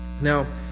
Now